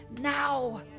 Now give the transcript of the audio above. now